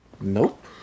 Nope